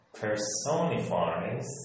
personifies